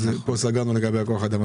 סגרנו לגבי כוח האדם.